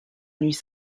nuits